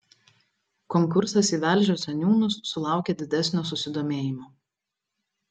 konkursas į velžio seniūnus sulaukė didesnio susidomėjimo